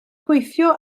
gweithio